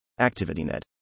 ActivityNet